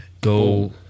Go